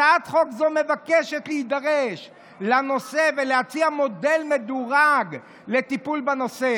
הצעת חוק זו מבקשת להידרש לנושא ולהציע מודל מדורג לטיפול בנושא,